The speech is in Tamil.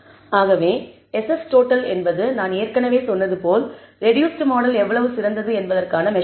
ஆகவே SS டோட்டல் என்பது நான் ஏற்கனவே சொன்னது போல் ரெடூஸ்ட் மாடல் எவ்வளவு சிறந்தது என்பதற்கான மெஸர் ஆகும்